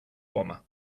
bomber